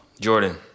Jordan